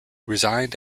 resigned